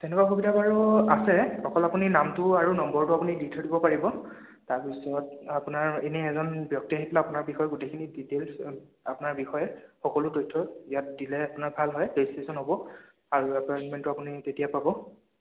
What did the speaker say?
তেনেকুৱা সুবিধা বাৰু আছে অকল আপুনি নামটো আৰু নম্বৰটো আপুনি দি থৈ দিব পাৰিব তাৰপিছত আপোনাৰ এনেই এজন ব্যক্তি আহি পেলাই আপোনাৰ বিষয়ে গোটেইখিনি ডিটেইলছ আপোনাৰ বিষয়ে সকলো তথ্য ইয়াত দিলে আপোনাৰ ভাল হয় ৰেজিষ্ট্ৰেশ্যন হ'ব আৰু আপোনাৰ ইমেইলটো আপুনি তেতিয়া পাব